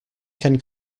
can